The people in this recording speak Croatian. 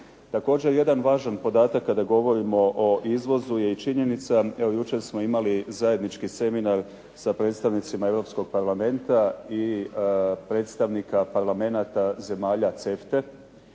Također jedan važan podatak kada govorimo o izvozu je i činjenica, evo jučer smo imali zajednički seminar sa predstavnicima Europskog Parlamenta i predstavnika parlamenata zemalja CEFTA-a,